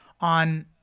on